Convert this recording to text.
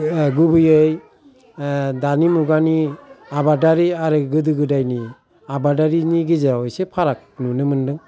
गुबैयै दानि मुगानि आबादारि आरो गोदो गोदायनि आबादारिनि गेजेराव एसे फाराग नुनो मोनदों